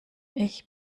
ich